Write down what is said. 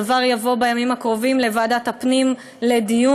הדבר יעבור בימים הקרובים לוועדת הפנים לדיון,